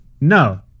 No